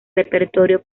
repertorio